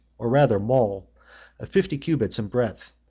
or rather mole, of fifty cubits in breadth,